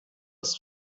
ist